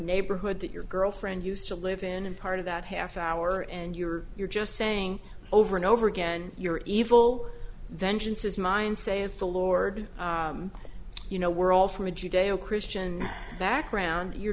neighborhood that your girlfriend used to live in and part of that half hour and you're you're just saying over and over again you're evil vengeance is mine saith the lord you know we're all from a judeo christian background you're